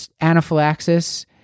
Anaphylaxis